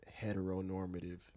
heteronormative